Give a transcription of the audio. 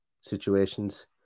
situations